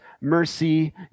mercy